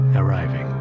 arriving